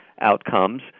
outcomes